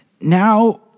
Now